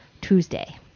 Tuesday